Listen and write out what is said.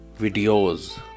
videos